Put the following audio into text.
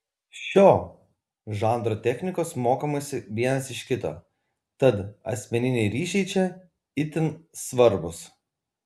šio žanro technikos mokomasi vienas iš kito tad asmeniniai ryšiai čia itin svarbūs